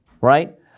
Right